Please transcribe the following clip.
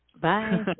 Bye